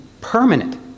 permanent